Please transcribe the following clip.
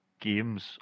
games